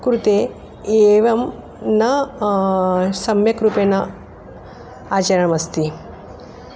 कृते एवं न सम्यक् रूपेण आचरणमस्ति